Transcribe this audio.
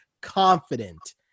confident